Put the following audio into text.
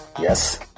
Yes